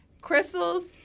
Crystal's